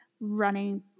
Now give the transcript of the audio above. Running